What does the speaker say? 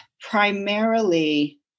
primarily